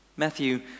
Matthew